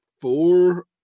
four